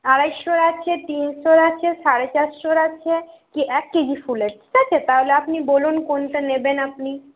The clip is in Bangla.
আড়াইশোর আছে তিনশোর আছে সাড়ে চারশোর আছে কি এক কেজি ফুলের ঠিক আছে তাহলে আপনি বলুন কোনটা নেবেন আপনি